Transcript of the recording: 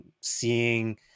seeing